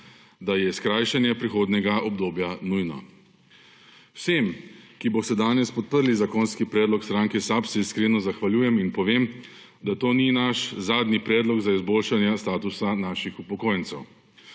da je skrajšanje prehodnega obdobja nujno. Vsem, ki boste danes podprli zakonski predlog stranke SAB, se iskreno zahvaljujem in povem, da to ni naš zadnji predlog za izboljšanje statusa naših upokojencev.